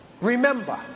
remember